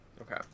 Okay